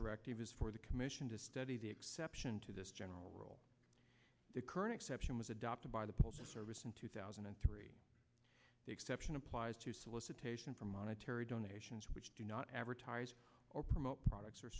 directive is for the commission to study the exception to this general rule the current exception was adopted by the postal service in two thousand and three the exception applies to solicitation for monetary donations which do not advertise or promote products or